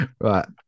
Right